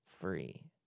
free